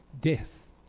death